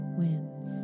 wins